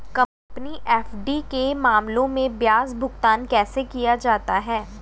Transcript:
Company FD के मामले में ब्याज भुगतान कैसे किया जाता है?